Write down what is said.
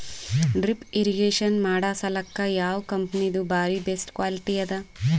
Drip irrigation ಮಾಡಸಲಕ್ಕ ಯಾವ ಕಂಪನಿದು ಬಾರಿ ಬೆಸ್ಟ್ ಕ್ವಾಲಿಟಿ ಅದ?